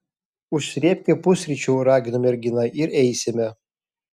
užsrėbki pusryčių ragino mergina ir eisime